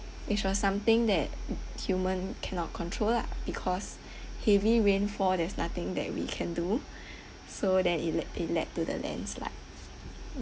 which was something that human cannot control lah because heavy rainfall there's nothing that we can do so that it led it led to the landslide